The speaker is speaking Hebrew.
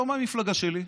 לא מהמפלגה שלי,